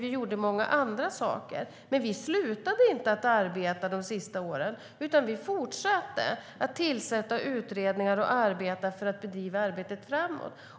Vi gjorde många andra saker. Men vi slutade inte att arbeta de sista åren, utan vi fortsatte att tillsätta utredningar och arbeta för att bedriva arbetet framåt.